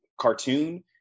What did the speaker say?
cartoon